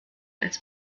als